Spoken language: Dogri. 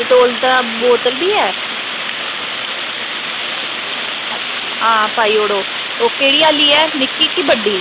डटोल दा बोतल बी है हां पाई ओड़ो ओह् केह्ड़ी आह्ली ऐ निक्की क बड्डी